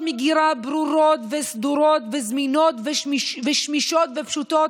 מגירה ברורות וסדורות וזמינות ושמישות ופשוטות,